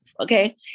Okay